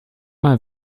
mal